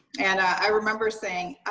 and i remember saying,